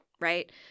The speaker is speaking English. right